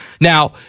Now